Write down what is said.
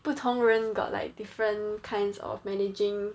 不同人 got like different kinds of managing